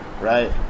Right